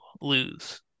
lose